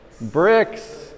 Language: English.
Bricks